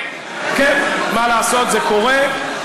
כן, מה לעשות, זה קורה.